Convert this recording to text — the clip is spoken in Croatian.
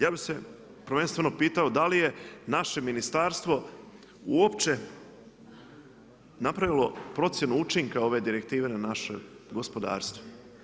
Ja bih se prvenstveno pitao da li je naše ministarstvo uopće napravilo procjenu učinka ove direktive na naše gospodarstvo.